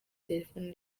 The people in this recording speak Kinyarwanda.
telefone